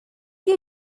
you